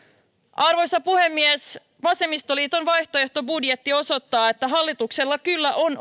arvoisa puhemies vasemmistoliiton vaihtoehtobudjetti osoittaa että hallituksella kyllä on